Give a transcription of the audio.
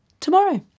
tomorrow